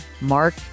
Mark